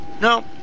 No